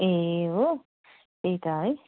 ए हो त्यही त है